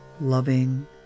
loving